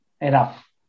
enough